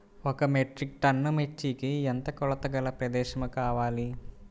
ఒక metric ton మిర్చికి ఎంత కొలతగల ప్రదేశము కావాలీ?